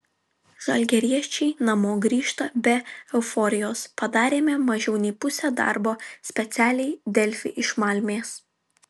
žalgiriečiai namo grįžta be euforijos padarėme mažiau nei pusę darbo specialiai delfi iš malmės